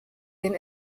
den